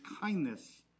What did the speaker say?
kindness